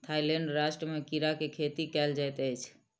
Thailand राष्ट्र में कीड़ा के खेती कयल जाइत अछि